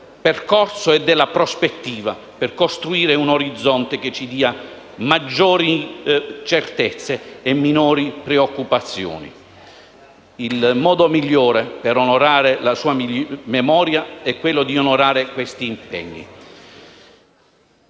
percorso e della prospettiva per costruire un orizzonte che ci dia maggiori certezze e minori preoccupazioni. Il modo migliore per onorare la sua memoria è quello di onorare questi impegni.